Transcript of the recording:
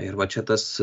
ir va čia tas